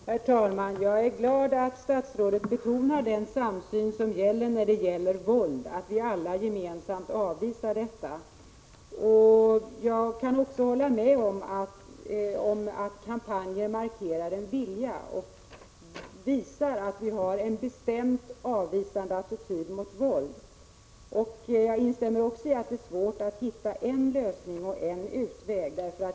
Herr talman! Jag är glad att statsrådet betonar den samsyn som vi har när det gäller våld, att vi alla gemensamt avvisar våld. Jag kan också hålla med om att kampanjer markerar vilja och visar att vi har en bestämd avvisande attityd mot våld. Jag instämmer också i att det är svårt att hitta en lösning och en utväg.